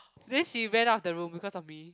then she went out the room because of me